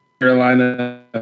Carolina